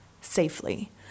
safely